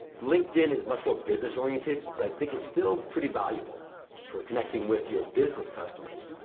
linkedin is much more business oriented, but i think it's still pretty valuable for connecting with your business customers.